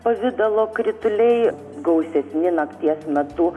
pavidalo krituliai gausesni nakties metu